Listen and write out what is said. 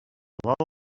lot